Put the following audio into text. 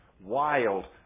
wild